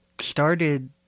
started